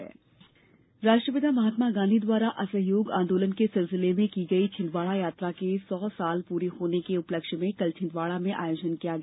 कमलनाथ छिन्दवाड़ा राष्ट्रपिता महात्मा गाँधी द्वारा असहयोग आंदोलन के सिलसिले में की गई छिन्दवाड़ा यात्रा के सौ वर्ष पूरे हाने के उपलक्ष्य में कल छिंदवाड़ा में आयोजन किया गया